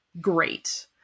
great